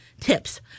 tips